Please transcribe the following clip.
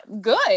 good